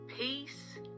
peace